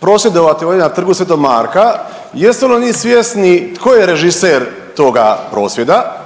prosvjedovati ovdje na Trgu svetog Marka jesu li oni svjesni tko je režiser toga prosvjeda?